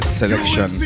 selection